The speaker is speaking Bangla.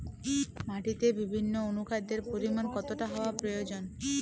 মাটিতে বিভিন্ন অনুখাদ্যের পরিমাণ কতটা হওয়া প্রয়োজন?